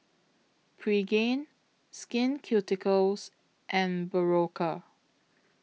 Pregain Skin Ceuticals and Berocca